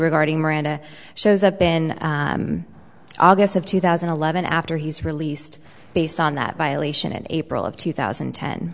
regarding miranda shows up in august of two thousand and eleven after he's released based on that violation in april of two thousand